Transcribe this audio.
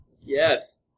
Yes